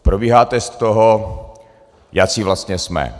Probíhá test toho, jací vlastně jsme.